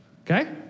okay